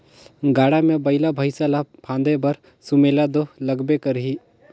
गाड़ा मे बइला भइसा ल फादे बर सुमेला दो लागबे करही